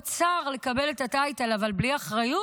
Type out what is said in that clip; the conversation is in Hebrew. להיות שר, לקבל את הטייטל, אבל בלי אחריות?